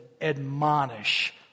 Admonish